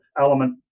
element